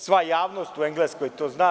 Sva javnost u Engleskoj to zna.